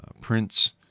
prints